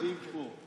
העובדים פה.